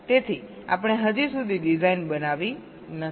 તેથી આપણે હજી સુધી ડિઝાઇન બનાવી નથી